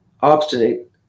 obstinate